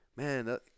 man